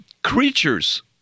Creatures